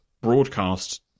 broadcast